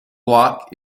block